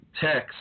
text